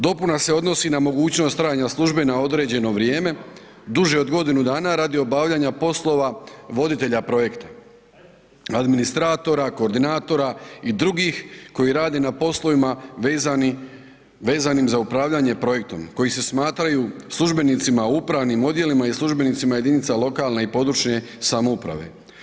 Dopuna se odnosi na mogućnost trajanja službe na određeno vrijeme, duže od godinu dana radi obavljanja poslova voditelja projekta, administratora, koordinatora i drugih koji rade na poslovima vezanim za upravljanje projektom, koji se smatraju službenicima u upravnim odjelima i službenicima jedinice lokalne i područne samouprave.